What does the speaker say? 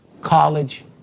college